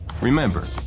Remember